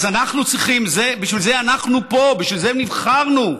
בשביל זה אנחנו פה, בשביל זה נבחרנו,